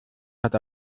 hat